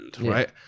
right